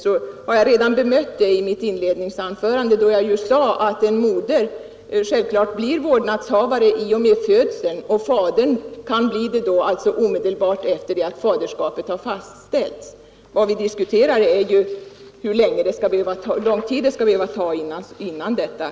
Jag har redan bemött det argumentet i mitt inledningsanförande, då jag sade att en moder självklart blir vårdnadshavare i och med födseln och att fadern kan bli det omedelbart efter det att faderskapet har fastställts. Vad vi diskuterar är ju hur lång tid det skall behöva ta innan det görs.